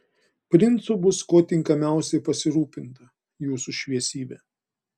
princu bus kuo tinkamiausiai pasirūpinta jūsų šviesybe